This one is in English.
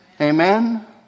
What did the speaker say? Amen